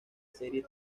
serie